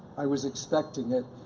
i was expecting it,